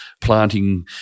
planting